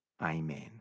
Amen